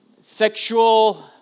sexual